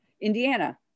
Indiana